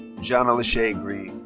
bre'janna lashae green.